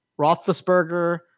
Roethlisberger